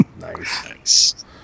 nice